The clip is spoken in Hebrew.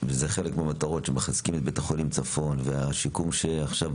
זה חלק מהמטרות - לחזק את בית חולים צפון והשיקום שעכשיו